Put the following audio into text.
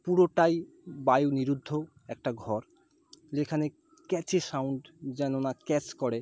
পুরোটাই বায়ু নিরুদ্ধ একটা ঘর যেখানে ক্যাচে সাউণ্ড যেন না ক্যাচ করে